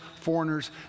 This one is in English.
foreigners